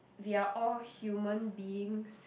we are all human beings